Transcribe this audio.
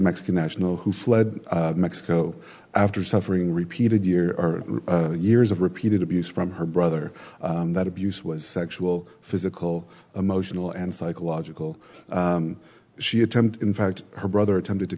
mexican national who fled mexico after suffering repeated year or years of repeated abuse from her brother that abuse was sexual physical emotional and psychological she attempted in fact her brother attempted to